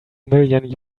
million